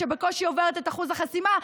שבקושי עוברת את אחוז החסימה,